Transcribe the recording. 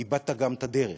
איבדת גם את הדרך